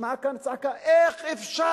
נשמעה כאן צעקה: איך אפשר,